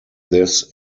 this